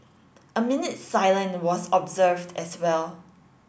a minute's silence was observed as well